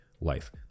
life